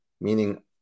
meaning